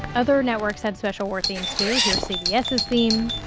other networks had special war themes too. here's cbs's theme